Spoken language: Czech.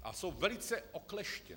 A jsou velice okleštěna.